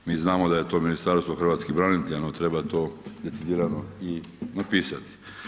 Mi znamo da je to Ministarstvo hrvatskih branitelja no treba to precizirano i napisati.